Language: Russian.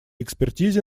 экспертизе